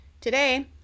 Today